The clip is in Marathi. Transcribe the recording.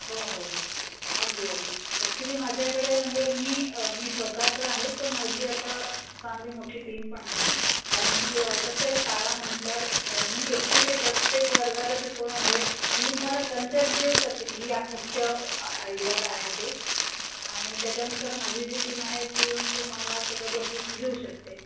हो हो हो अगदी अगदी ॲक्च्युली माझ्याकडे म्हणजे मी मी स्वत तर आहेच पण माझी आता चांगली मोठी टीम पण आहे कारण की कसं आहे शाळा म्हटल्यावर मी एकटी काय प्रत्येक वर्गाला शिकवणं हे म्हणजे मी तुम्हाला कन्सेप्ट देऊ शकते की ही या मुख्य आयडिया काय आहे ते आणि त्याच्यानुसार माझी जी टीम आहे ती येऊन तुम्हाला सगळं बसवून घेऊ शकते